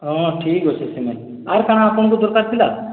ହଁ ଠିକ୍ ଅଛି ସେମାନେ ଆର୍ କାଣା ଆପଣଙ୍କୁ ଦରକାର ଥିଲା